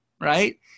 right